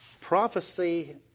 Prophecy